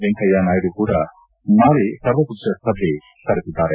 ವೆಂಕಯ್ಯ ನಾಯ್ದ ಕೂಡ ನಾಳೆ ಸರ್ವಪಕ್ಷ ಸಭೆ ಕರೆದಿದ್ದಾರೆ